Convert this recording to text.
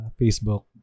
Facebook